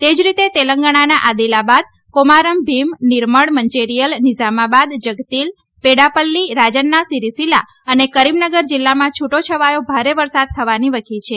તે જ રીતે તેલંગણાના અદિલાબાદ કોમારમ ભીમ નિર્મળ મંચેરિયલ નિઝામાબાદ જગતીલ પેક્રાપલ્લી રાજન્ના સીરીસિલા અને કરીમનગર જિલ્લામાં છૂટોછવાયો ભારે વરસાદ થવાની વકી છે